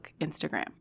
Instagram